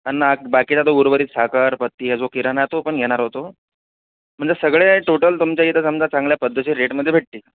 आणि बाकीचा तो उर्वरित साखर बत्ती जो किराणा तो पण घेणार होतो म्हटलं सगळे टोटल तुमच्या इथं समजा चांगल्या पद्धती रेटमध्ये भेटतील